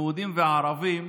יהודים וערבים,